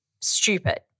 stupid